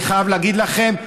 אני חייב להגיד לכם,